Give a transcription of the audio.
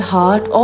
Heart